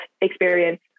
experience